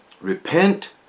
repent